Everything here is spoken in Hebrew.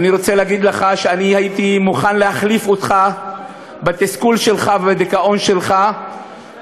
אני רוצה להגיד לך שהייתי מוכן להחליף אותך בתסכול שלך ובדיכאון שלך,